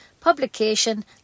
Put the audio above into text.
publication